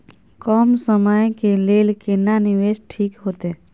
कम समय के लेल केना निवेश ठीक होते?